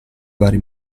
vari